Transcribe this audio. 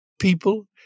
people